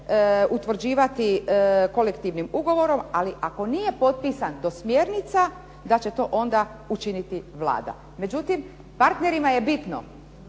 utvrđivati kolektivnim ugovorom ali ako nije potpisan do smjernica da će to onda utvrditi Vlada. Međutim, partnerima je bitno